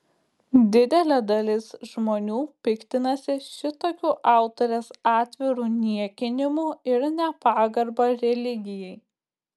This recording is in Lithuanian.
didelė dalis žmonių piktinasi šitokiu autorės atviru niekinimu ir nepagarba religijai